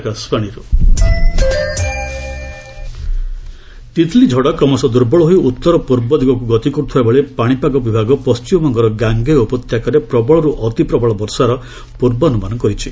IMD cyclone 'Titli' ଝଡ଼ କ୍ରମଶଃ ଦୂର୍ବଳ ହୋଇ ଉତ୍ତର ପୂର୍ବ ଦିଗକୁ ଗତି କର୍ଥିବାବେଳେ ପାଣିପାଗ ବିଭାଗ ପଣ୍ଟିମବଙ୍ଗର ଗାଙ୍ଗେୟ ଉପତ୍ୟକାରେ ପ୍ରବଳରୁ ଅତି ପ୍ରବଳ ବର୍ଷାର ପୂର୍ବାନୁମାନ କରିଛି